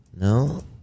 No